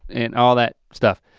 and all that stuff.